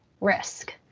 risk